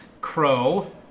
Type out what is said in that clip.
Crow